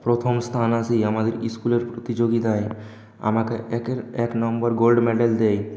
প্রথম স্থান আসি আমাদের স্কুলের প্রতিযোগিতায় আমাকে একের এক নম্বর গোল্ড মেডেল দেয়